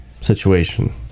situation